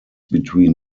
between